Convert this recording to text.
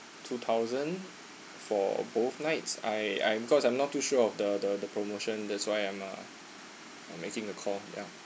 two thousand four both nights I I because I'm not too sure of the the the promotion that's why I'm uh I'm making a call ya